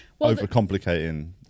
overcomplicating